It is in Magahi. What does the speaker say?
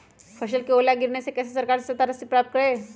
फसल का ओला गिरने से कैसे सरकार से सहायता राशि प्राप्त करें?